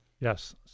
Yes